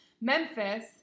Memphis